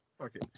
Okay